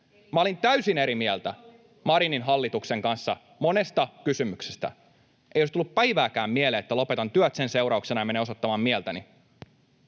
Olin täysin eri mieltä Marinin hallituksen kanssa monesta kysymyksestä. Ei olisi tullut päivääkään mieleen, että lopetan työt sen seurauksena ja menen osoittamaan mieltäni,